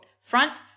front